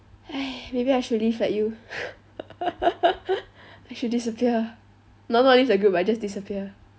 !hais! maybe I should leave like you I should disappear not not leave the group but just disappear